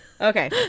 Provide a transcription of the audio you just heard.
Okay